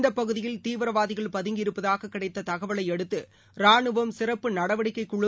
இந்தப் பகுதியில் தீவிரவாதிகள் பதுங்கியிருப்பதாககிடைத்ததகவலைஅடுத்தரானுவம் சிறப்பு நடவடிக்கைக் குழு